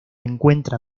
encuentra